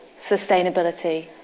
sustainability